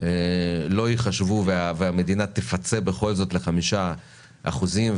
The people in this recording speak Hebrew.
לא ייחשבו והמדינה תפצה בכל זאת לחמישה אחוזים,